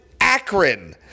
Akron